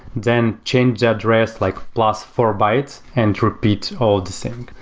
then change address, like plus four bytes and repeat all these thing.